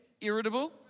irritable